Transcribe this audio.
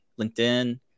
LinkedIn